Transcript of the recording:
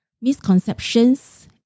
misconceptions